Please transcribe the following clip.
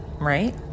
right